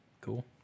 Cool